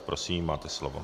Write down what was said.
Prosím, máte slovo.